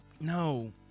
no